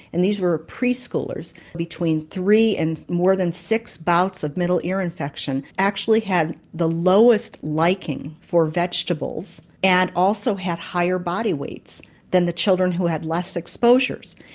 and these were preschoolers, between three and more than six bouts of middle ear infections, actually had the lowest liking for vegetables, and also had higher bodyweights than the children who had less exposures.